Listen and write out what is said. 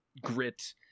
grit